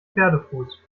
pferdefuß